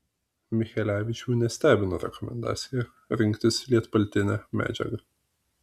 michelevičių nestebino rekomendacija rinktis lietpaltinę medžiagą